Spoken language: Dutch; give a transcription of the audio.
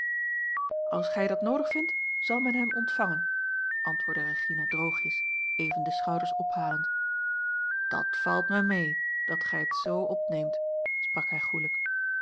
als gij dat noodig vindt zal men hem ontvangen antwoordde regina droogjes even de schouders ophalend dat valt me mee dat gij het z opneemt sprak hij